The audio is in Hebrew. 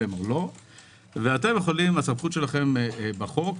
הסמכות שלכם בחוק,